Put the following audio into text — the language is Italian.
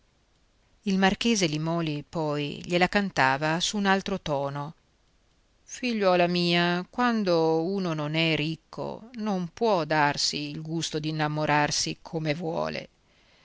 il marchese limòli poi gliela cantava su un altro tono figliuola mia quando uno non è ricco non può darsi il gusto di innamorarsi come vuole